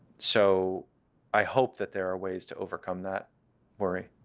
so i hope that there are ways to overcome that worry.